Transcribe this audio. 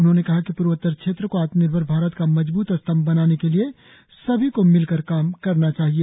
उन्होंने कहा कि पूर्वोत्तर क्षेत्र को आत्मनिर्भर भारत का मजबूत स्तंभ बनाने के लिए सभी को मिलकर काम करना चाहिए